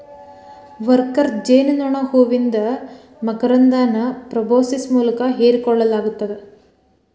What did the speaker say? worker ಜೇನನೋಣ ಹೂವಿಂದ ಮಕರಂದನ ಪ್ರೋಬೋಸಿಸ್ ಮೂಲಕ ಹೇರಿಕೋಳ್ಳಲಾಗತ್ತದ